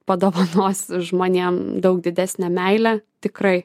padovanos žmonėm daug didesnę meilę tikrai